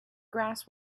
grass